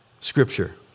scripture